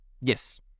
Yes